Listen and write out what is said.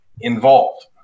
involved